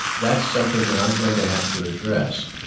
that's something that i'm going to have to address,